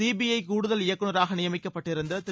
CBI கூடுதல் இயக்குநராக நியமிக்கப்பட்டிருந்த திரு